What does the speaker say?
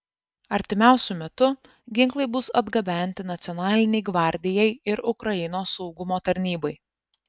artimiausiu metu ginklai bus atgabenti nacionalinei gvardijai ir ukrainos saugumo tarnybai